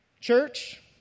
Church